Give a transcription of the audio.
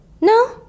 no